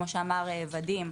כמו שאמר ודים,